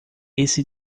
esse